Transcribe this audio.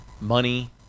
Money